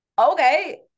okay